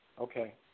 Okay